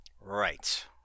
Right